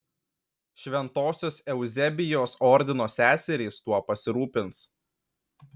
šventosios euzebijos ordino seserys tuo pasirūpins